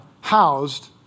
housed